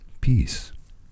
Peace